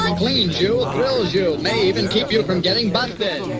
like cleans you, thrill you, may even keep you from getting busted!